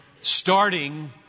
starting